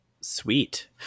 Sweet